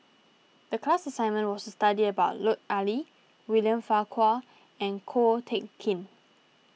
the class assignment was to study about Lut Ali William Farquhar and Ko Teck Kin